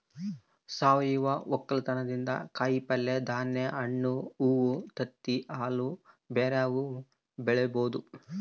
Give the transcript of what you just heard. ಸಾವಯವ ವಕ್ಕಲತನದಿಂದ ಕಾಯಿಪಲ್ಯೆ, ಧಾನ್ಯ, ಹಣ್ಣು, ಹೂವ್ವ, ತತ್ತಿ, ಹಾಲು ಬ್ಯೆರೆವು ಬೆಳಿಬೊದು